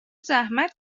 زحمت